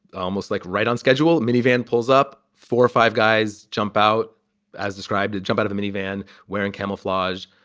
almost like right on schedule. a mini van pulls up. four or five guys jump out as described, jump out of the minivan wearing camouflage.